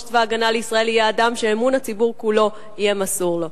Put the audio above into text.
צבא-הגנה לישראל יהיה אדם שאמון הציבור כולו יהיה מסור לו.